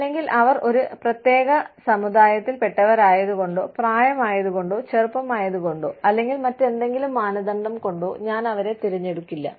അല്ലെങ്കിൽ അവർ ഒരു പ്രത്യേക സമുദായത്തിൽ പെട്ടവരായതുകൊണ്ടോ പ്രായമായതുകൊണ്ടോ ചെറുപ്പമായതുകൊണ്ടോ അല്ലെങ്കിൽ മറ്റെന്തെങ്കിലും മാനദണ്ഡം കൊണ്ടോ ഞാൻ അവരെ തിരഞ്ഞെടുക്കില്ല